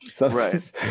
Right